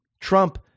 Trump